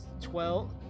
Twelve